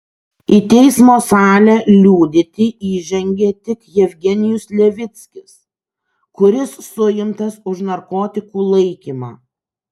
į teismo salę liudyti įžengė tik jevgenijus levickis kuris suimtas už narkotikų laikymą